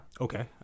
Okay